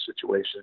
situation